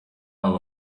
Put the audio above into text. abo